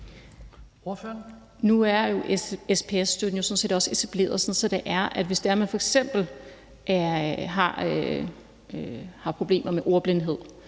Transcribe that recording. Nu er SPS-støtten jo sådan set også etableret, sådan at hvis man f.eks. har problemer med ordblindhed